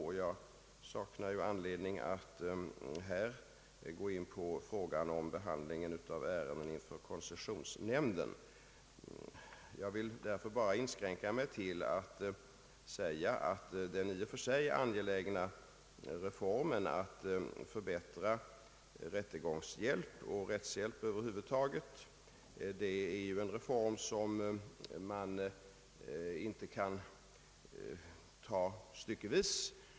Jag saknar anledning att här gå in på frågan om behandlingen av ärenden inför koncessionsnämnden. Jag vill därför inskränka mig till att säga att den i och för sig angelägna reformen att förbättra rättegångshjälp och rättshjälp över huvud taget är något som inte kan genomföras styckevis.